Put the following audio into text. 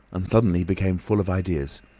and suddenly became full of ideas.